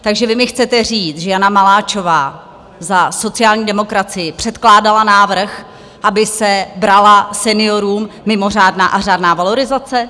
Takže vy mi chcete říct, že Jana Maláčová za sociální demokracii předkládala návrh, aby se brala seniorům mimořádná a řádná valorizace?